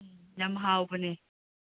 ꯌꯥꯝ ꯍꯥꯎꯕꯅꯦ